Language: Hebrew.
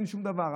אין שום דבר.